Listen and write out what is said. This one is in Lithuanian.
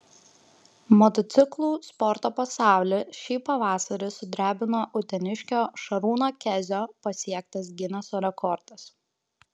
motociklų sporto pasaulį šį pavasarį sudrebino uteniškio šarūno kezio pasiektas gineso rekordas